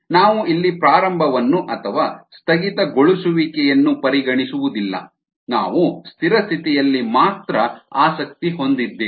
ನಾವು ಇಲ್ಲಿ ಪ್ರಾರಂಭವನ್ನು ಅಥವಾ ಸ್ಥಗಿತಗೊಳಿಸುವಿಕೆಯನ್ನು ಪರಿಗಣಿಸುವುದಿಲ್ಲ ನಾವು ಸ್ಥಿರ ಸ್ಥಿತಿಯಲ್ಲಿ ಮಾತ್ರ ಆಸಕ್ತಿ ಹೊಂದಿದ್ದೇವೆ